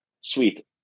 sweet